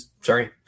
Sorry